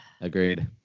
agreed